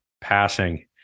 passing